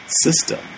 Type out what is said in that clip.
system